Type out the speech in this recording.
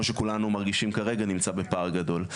שכולנו מרגישים כרגע נמצא בפער גדול.